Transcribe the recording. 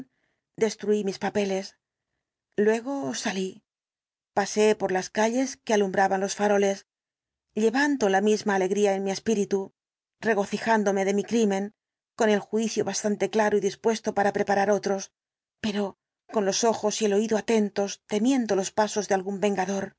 destruí mis papeles luego salí paseé por las calles que alumbraban los faroles llevando la misma alegría en mi espíritu regocijándome de mi crimen con el juicio bastante claro y dispuesto para preparar otros pero con los ojos y el oído atentos temiendo los pasos de algún vengador